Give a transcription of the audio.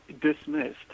Dismissed